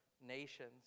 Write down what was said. nations